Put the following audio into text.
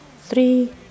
three